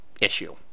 issue